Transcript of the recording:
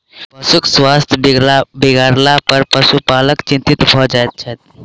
पशुक स्वास्थ्य बिगड़लापर पशुपालक चिंतित भ जाइत छथि